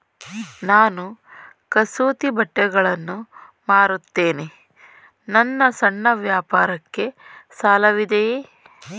ನಾನು ಕಸೂತಿ ಬಟ್ಟೆಗಳನ್ನು ಮಾರುತ್ತೇನೆ ನನ್ನ ಸಣ್ಣ ವ್ಯಾಪಾರಕ್ಕೆ ಸಾಲವಿದೆಯೇ?